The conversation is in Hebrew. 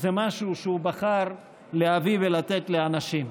זה משהו שהוא בחר להביא ולתת לאנשים.